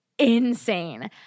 insane